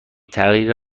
تغییر